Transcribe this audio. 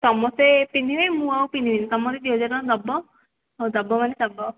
ସମସ୍ତେ ପିନ୍ଧିବେ ମୁଁ ଆଉ ପିନ୍ଧିବିନି ତୁମେ ମୋତେ ଦୁଇ ହଜାର ଟଙ୍କା ଦେବ ହଉ ଦେବ ମାନେ ଦେବ